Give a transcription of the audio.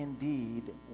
indeed